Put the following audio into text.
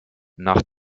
nach